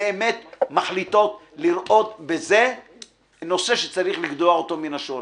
כאשר הן באמת מחליטות לראות בזה נושא שצריך לגדוע אותו מן השורש.